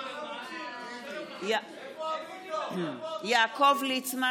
איפה אביגדור ליברמן?